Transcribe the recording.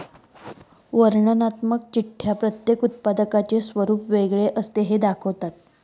वर्णनात्मक चिठ्ठ्या प्रत्येक उत्पादकाचे स्वरूप वेगळे असते हे दाखवतात